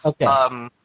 Okay